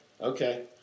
Okay